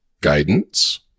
guidance